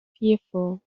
fearful